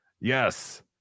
Yes